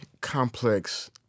complex